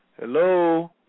Hello